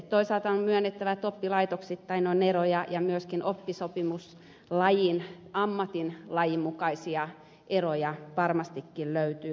toisaalta on myönnettävä että oppilaitoksittain on eroja ja myöskin oppisopimuslajin ammatinlajin mukaisia eroja varmastikin löytyy